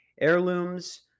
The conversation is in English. heirlooms